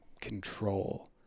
control